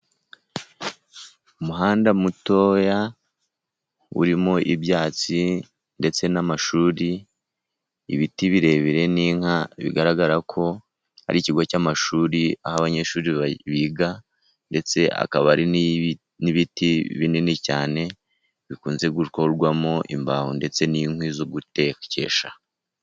Umuhanda mutoya urimo ibyatsi ndetse n'amashuri, ibiti birebire n'inka bigaragara ko ari ikigo cy'amashuri ,aho abanyeshuri biga ndetse akaba ari n'ibiti binini cyane, bikunze gukorwamo imbaho ndetse n'inkwi zo gutekesha.